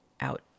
out